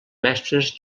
mestres